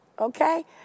okay